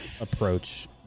approach